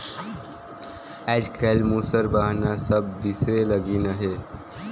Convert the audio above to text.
आएज काएल मूसर बहना सब बिसरे लगिन अहे